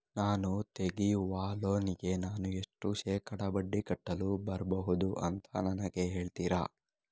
ನಾನು ತೆಗಿಯುವ ಲೋನಿಗೆ ನಾನು ಎಷ್ಟು ಶೇಕಡಾ ಬಡ್ಡಿ ಕಟ್ಟಲು ಬರ್ಬಹುದು ಅಂತ ನನಗೆ ಹೇಳ್ತೀರಾ?